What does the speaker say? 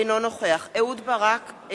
אינו נוכח אהוד ברק,